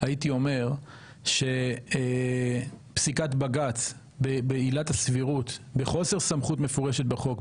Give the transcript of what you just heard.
הייתי אומר שפסיקת בג"צ בעילת הסבירות בחוסר סמכות מפורשת בחוק,